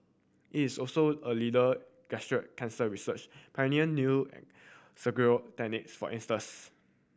it is also a leader gastric cancer research pioneering new techniques for instance